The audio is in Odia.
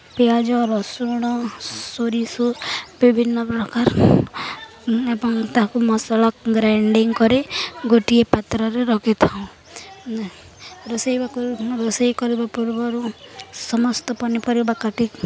ପିଆଜ ରସୁଣ ସୋରିଷ ବିଭିନ୍ନପ୍ରକାର ଏବଂ ତାହାକୁ ମସଲା ଗ୍ରାଇଣ୍ଡିଙ୍ଗ୍ କରି ଗୋଟିଏ ପାତ୍ରରେ ରଖିଥାଉ ରୋଷେଇ ବା ରୋଷେଇ କରିବା ପୂର୍ବରୁ ସମସ୍ତ ପନିପରିବା କାଟି